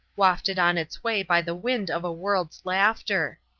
wafted on its way by the wind of a world's laughter.